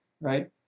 right